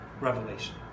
revelation